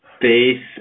base